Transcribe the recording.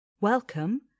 Welcome